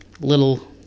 little